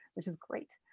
which is great.